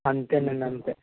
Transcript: అంతేనండి అంతే